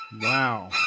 Wow